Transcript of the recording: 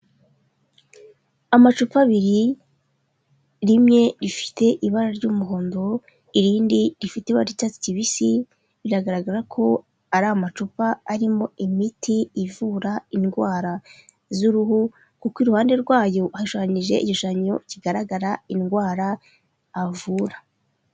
Amacupa abiri, rimwe rifite ibara ry'umuhondo, irindi rifite ibara ry'icyatsi kibisi, biragaragara ko ari amacupa arimo imiti ivura indwara z'uruhu kuko iruhande rwayo hashushanyije igishushanyo kigaragaraza indwara avura.